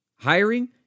Hiring